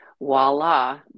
voila